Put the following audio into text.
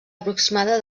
aproximada